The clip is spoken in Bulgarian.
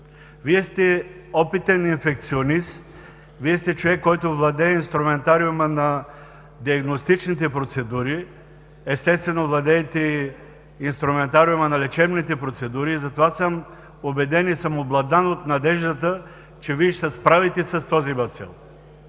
Вие сте опитен инфекционист, Вие сте човек, който владее инструментариума на диагностичните процедури, естествено, владеете и инструментариума на лечебните процедури, затова съм убеден и обладан от надеждата, че ще се справите с този бацил,